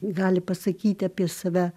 gali pasakyti apie save